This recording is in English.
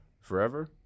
Forever